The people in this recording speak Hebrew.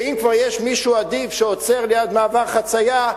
ואם כבר יש מישהו אדיב שעוצר ליד מעבר חצייה,